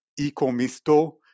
Ecomisto